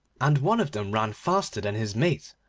and one of them ran faster than his mate,